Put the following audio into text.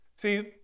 See